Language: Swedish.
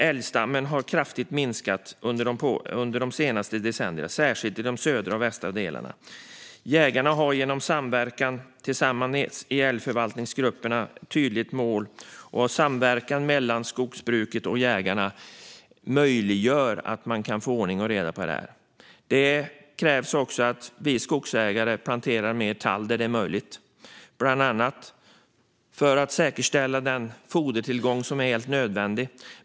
Älgstammen har minskat kraftigt under de senaste decennierna, särskilt i de södra och västra delarna av landet. Jägarna har genom samverkan i älgförvaltningsgrupperna ett tydligt mål. Och samverkan mellan skogsbruket och jägarna möjliggör att man får ordning och reda på detta. Det krävs också att vi skogsägare planterar mer tall där det är möjligt, bland annat för att säkerställa den fodertillgång som är helt nödvändig.